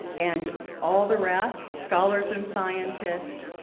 and all the rest, scholars and scientists.